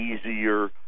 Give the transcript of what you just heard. easier